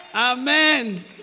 Amen